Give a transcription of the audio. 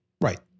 Right